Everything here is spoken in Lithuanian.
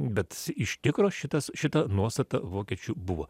bet iš tikro šitas šita nuostata vokiečių buvo